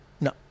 No